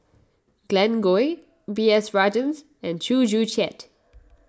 Glen Goei B S Rajhans and Chew Joo Chiat